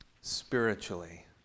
spiritually